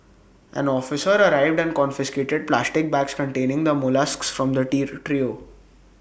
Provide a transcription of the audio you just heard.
an officer arrived and confiscated plastic bags containing the molluscs from the trio